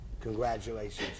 Congratulations